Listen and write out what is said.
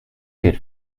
good